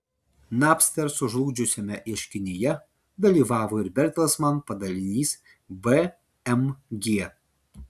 napster sužlugdžiusiame ieškinyje dalyvavo ir bertelsman padalinys bmg